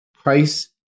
Price